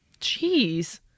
Jeez